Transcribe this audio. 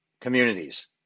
communities